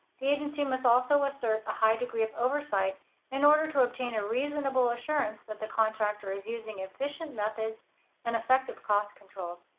the agency must also assert a high degree of oversight in order to obtain a reasonable assurance that the contractor is using efficient methods and effective cost controls.